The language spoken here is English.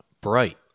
Bright